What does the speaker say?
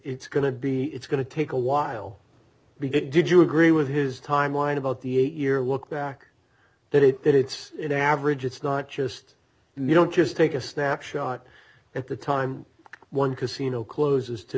it's going to be it's going to take a while to get did you agree with his timeline about the eight year lookback that it did it's an average it's not just you don't just take a snapshot at the time one casino closes to